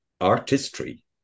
artistry